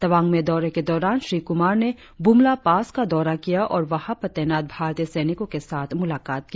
तवांग में दौरे के दौरान श्री कुमार ने बुमला पास का दौरा किया और वहा पर तैनात भारतीय सैनिकों के साथ मुलाकात की